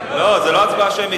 כבוד השר, זו לא הצבעה שמית.